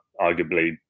arguably